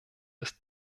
ist